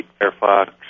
Firefox